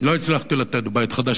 לא הצלחתי לתת בית חדש.